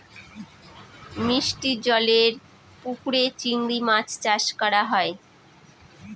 মিষ্টি জলেরর পুকুরে চিংড়ি মাছ চাষ করা হয়